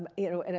ah you know, and